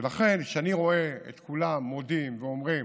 לכן, כשאני רואה את כולם מודים ואומרים: